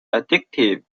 addictive